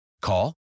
Call